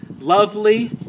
lovely